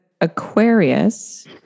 Aquarius